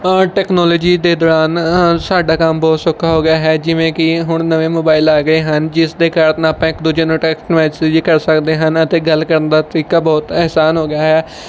technology ਦੇ ਦੌਰਾਨ ਸਾਡਾ ਕੰਮ ਬਹੁਤ ਸੌਖਾ ਹੋ ਗਿਆ ਹੈ ਜਿਵੇਂ ਕਿ ਹੁਣ ਨਵੇਂ ਮੋਬਾਈਲ ਆ ਗਏ ਹਨ ਜਿਸ ਦੇ ਕਾਰਨ ਆਪਾਂ ਇੱਕ ਦੂਜੇ ਨੂੰ ਟੈਕਸਟ ਮੈਸੇਜ ਵੀ ਕਰ ਸਕਦੇ ਹਨ ਅਤੇ ਗੱਲ ਕਰਨ ਦਾ ਤਰੀਕਾ ਬਹੁਤ ਆਸਾਨ ਹੋ ਗਿਆ ਹੈ